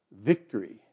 victory